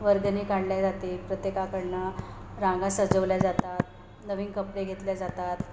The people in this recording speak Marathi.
वर्गणी काढल्या जाते प्रत्येकाकडनं रांगा सजवल्या जातात नवीन कपडे घेतल्या जातात